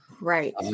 Right